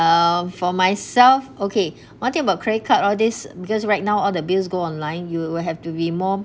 uh for myself okay one thing about credit card all this because right now all the bills go online you will have to be more